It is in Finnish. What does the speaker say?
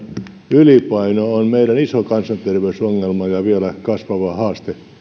ylipaino ovat meille iso kansanterveysongelma ja vielä kasvava haaste